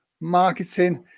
marketing